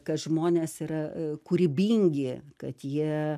kad žmonės yra kūrybingi kad jie